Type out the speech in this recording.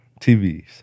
TVs